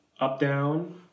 up-down